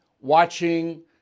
watching